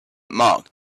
mark